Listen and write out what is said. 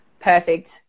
Perfect